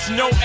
no